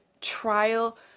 trial